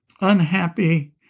unhappy